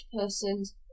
persons